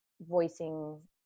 voicing